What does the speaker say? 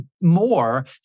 more